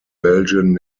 belgian